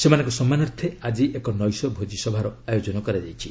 ସେମାନଙ୍କ ସମ୍ମାନାର୍ଥେ ଆଜି ଏକ ନୈଶ ଭୋଜି ସଭାରେ ଆୟୋଜନ କରାଯାଇଛି